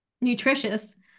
nutritious